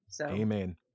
Amen